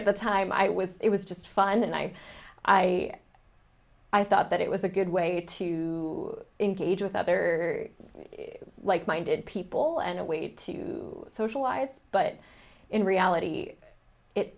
at the time i was it was just fun and i i i thought that it was a good way to engage with other like minded people and a way to socialize but in reality